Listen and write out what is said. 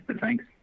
Thanks